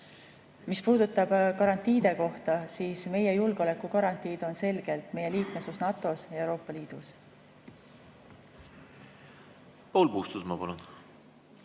Mis puudutab garantiisid, siis meie julgeolekugarantiid on selgelt meie liikmesus NATO‑s ja Euroopa Liidus. Paul Puustusmaa, palun!